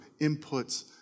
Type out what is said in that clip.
inputs